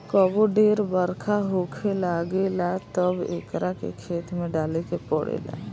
कबो ढेर बरखा होखे लागेला तब एकरा के खेत में डाले के पड़ेला